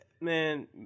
man